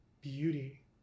beauty